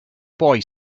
boy